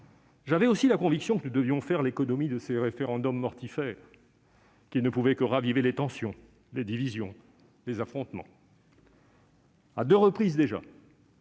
J'avais aussi la conviction que nous devions faire l'économie de ces référendums mortifères, qui ne pouvaient que raviver les tensions, les divisions et les affrontements. À deux reprises déjà,